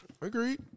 Agreed